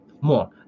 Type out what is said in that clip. more